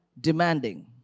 demanding